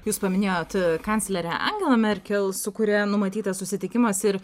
jūs paminėjot kanclerę angelą merkel su kuria numatytas susitikimas ir